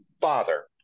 father